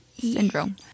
syndrome